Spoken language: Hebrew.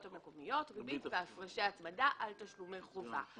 המקומיות: ריבית והפרשי הצמדה על תשלומי חובה.